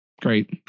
great